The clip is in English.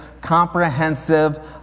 comprehensive